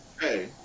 Hey